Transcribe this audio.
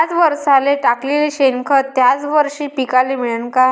थ्याच वरसाले टाकलेलं शेनखत थ्याच वरशी पिकाले मिळन का?